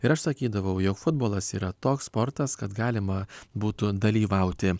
ir aš sakydavau jog futbolas yra toks sportas kad galima būtų dalyvauti